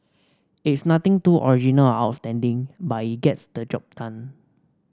it's nothing too original or outstanding but it gets the job done